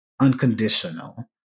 unconditional